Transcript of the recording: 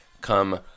come